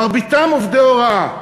מרביתם עובדי הוראה.